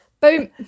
Boom